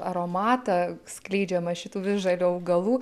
aromatą skleidžiamą šitų visžalių augalų